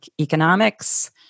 economics